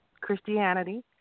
Christianity